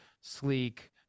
sleek